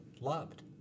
loved